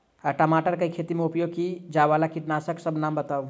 टमाटर केँ खेती मे उपयोग की जायवला कीटनासक कऽ नाम बताऊ?